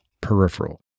peripheral